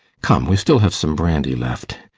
come, we still have some brandy left.